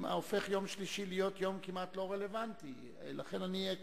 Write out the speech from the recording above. יום שלישי הופך להיות יום כמעט לא רלוונטי.